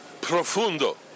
profundo